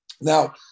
Now